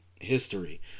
history